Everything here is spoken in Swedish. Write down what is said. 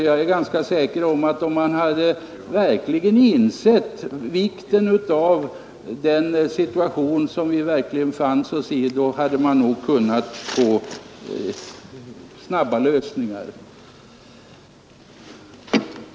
Jag är ganska säker på att man, om man verkligen hade insett allvaret i den situation som vi befann oss i, hade kunnat få till stånd snabba lösningar.